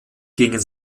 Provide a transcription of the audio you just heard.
gingen